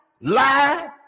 Lie